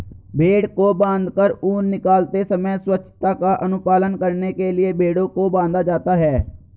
भेंड़ को बाँधकर ऊन निकालते समय स्वच्छता का अनुपालन करने के लिए भेंड़ों को बाँधा जाता है